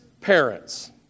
parents